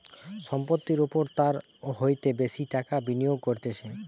সম্পত্তির ওপর তার হইতে বেশি টাকা বিনিয়োগ করতিছে